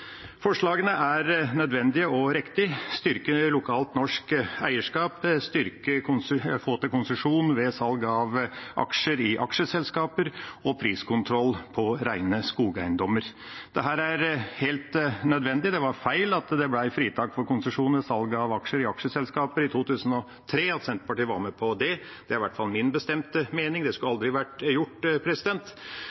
Forslagene er nødvendige og riktige: styrke lokalt norsk eierskap, få til krav om konsesjon ved salg av aksjer i aksjeselskaper og priskontroll på rene skogeiendommer. Dette er helt nødvendig. Det var feil at det ble fritak for konsesjon ved salg av aksjer i aksjeselskaper i 2003, og at Senterpartiet var med på det, det er i hvert fall min bestemte mening. Det skulle